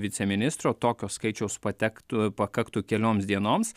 viceministro tokio skaičiaus patektų pakaktų kelioms dienoms